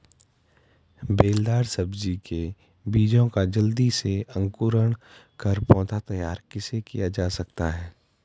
बेलदार सब्जी के बीजों का जल्दी से अंकुरण कर पौधा तैयार कैसे किया जा सकता है?